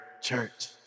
church